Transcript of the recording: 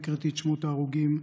והקראתי את שמות ההרוגים,